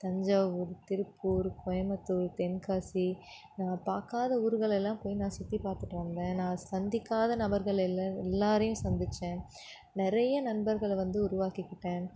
தஞ்சாவூர் திருப்பூர் கோயம்புத்தூர் தென்காசி நான் பார்க்காத ஊர்களெல்லாம் போய் நான் சுற்றிப் பார்த்துட்டு வந்தேன் நான் சந்திக்காத நபர்கள் இல்லை எல்லோரையும் சந்தித்தேன் நிறைய நண்பர்களை வந்து உருவாக்கிக்கிட்டேன்